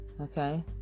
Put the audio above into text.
Okay